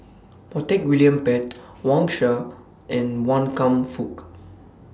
Montague William Pett Wang Sha and Wan Kam Fook